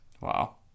Wow